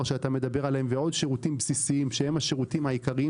שאתה מדבר עליהם ועוד שירותים בסיסיים שהם השירותים העיקריים